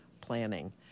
planning